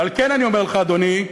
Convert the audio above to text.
ועל כן אני אומר לך, אדוני,